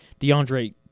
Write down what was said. DeAndre